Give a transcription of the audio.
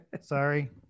Sorry